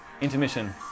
Intermission